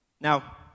Now